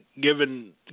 given